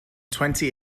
twenty